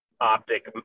optic